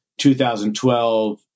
2012